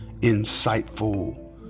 insightful